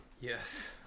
Yes